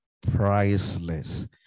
priceless